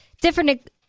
different